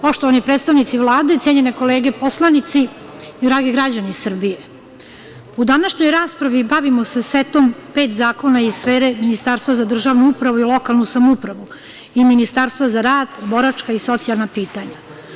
Poštovani predstavnici Vlade, cenjene kolege poslanici, dragi građani Srbije, u današnjoj raspravi bavimo se setom pet zakona iz sfere Ministarstva za državnu upravu i lokalnu samoupravu i Ministarstva za rad, boračka i socijalna pitanja.